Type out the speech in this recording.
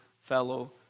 fellow